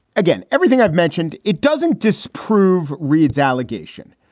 again, everything i've mentioned, it doesn't disprove reid's allegation,